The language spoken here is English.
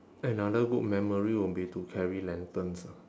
another good memory will be to carry lanterns ah